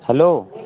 hello